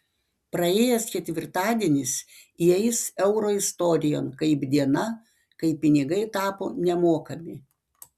praėjęs ketvirtadienis įeis euro istorijon kaip diena kai pinigai tapo nemokami